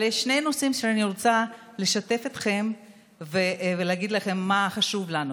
יש שני נושאים שאני רוצה לשתף אתכם ולהגיד לכם מה חשוב לנו.